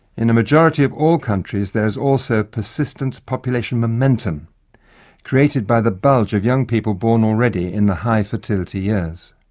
in a majority of all countries there is also persistent population momentum created by the bulge of young people born already in the high fertility years.